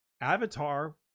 Avatar